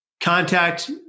Contact